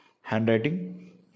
handwriting